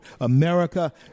America